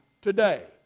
today